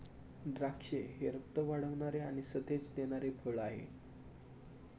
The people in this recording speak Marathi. द्राक्षे हे रक्त वाढवणारे आणि सतेज देणारे फळ आहे